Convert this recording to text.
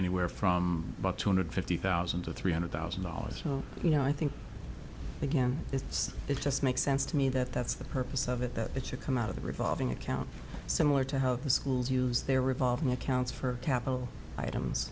anywhere from about two hundred fifty thousand to three hundred thousand dollars so you know i think again it's it just makes sense to me that that's the purpose of it that it should come out of a revolving account similar to how the schools use their revolving accounts for capital items